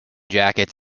jackets